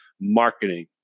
marketing